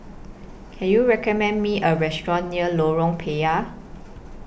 Can YOU recommend Me A Restaurant near Lorong Payah